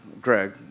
Greg